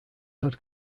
had